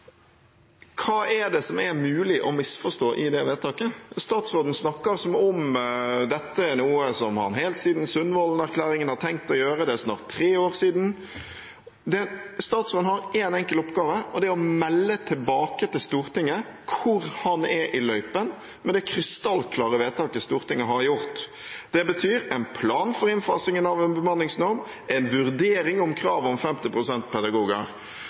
Hva i det vedtaket er det mulig å misforstå? Statsråden snakker som om dette er noe som han helt siden Sundvolden-erklæringen har tenkt å gjøre. Det er snart tre år siden. Statsråden har én enkel oppgave, og det er å melde tilbake til Stortinget om hvor han er i løypa med det krystallklare vedtaket Stortinget har fattet. Det betyr en plan for innfasingen av en bemanningsnorm og en vurdering av kravet om 50 pst. pedagoger.